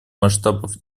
масштабов